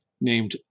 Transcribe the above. named